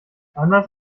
anders